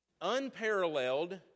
unparalleled